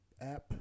app